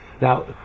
Now